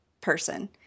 person